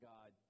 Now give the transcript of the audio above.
God